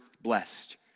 blessed